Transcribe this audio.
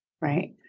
Right